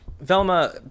Velma